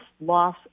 loss